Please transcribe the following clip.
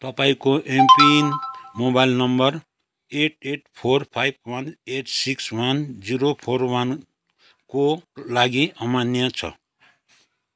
तपाईँको MPIN mobile number eight eight four five one eight six one zero four वानको लागि अमान्य छ